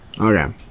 Okay